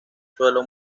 suelo